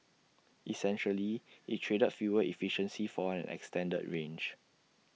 essentially IT traded fuel efficiency for an extended range